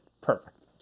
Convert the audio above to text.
Perfect